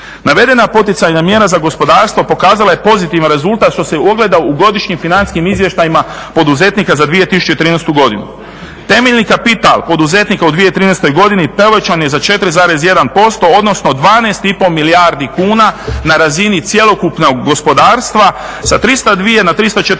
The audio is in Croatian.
Navedena poticajna mjera za gospodarstvo pokazala je pozitivan rezultat što se ogleda u godišnjim financijskim izvještajima poduzetnika za 2013. godinu. Temeljni kapital poduzetnika u 2013. godini povećan je za 4,1% odnosno 12,5 milijardi kuna, na razini cjelokupnog gospodarstva sa 302 na 314